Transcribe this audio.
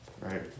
right